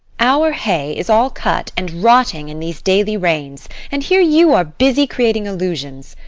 our hay is all cut and rotting in these daily rains, and here you are busy creating illusions!